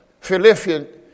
Philippians